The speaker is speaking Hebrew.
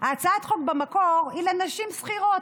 הצעת החוק במקור היא לנשים שכירות,